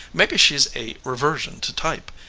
maybe she's a reversion to type.